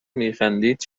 میخندید